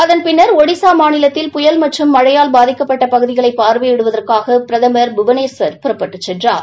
அதன் பின்னா் ஒடிசா மாநிலத்தில் புயல் மற்றும் மழையால் பாதிக்கப்பட்ட பகுதிகளை பாா்வையிடுவதற்காக பிரதமா் புவனேஸ்வர் புறப்பட்டுச் சென்றார்